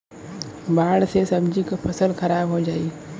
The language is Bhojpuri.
बाढ़ से सब्जी क फसल खराब हो जाई